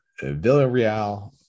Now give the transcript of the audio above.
Villarreal